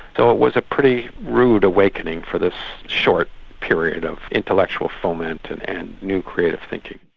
so it was a pretty rude awakening for this short period of intellectual foment and and new, creative thinking.